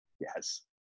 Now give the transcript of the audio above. Yes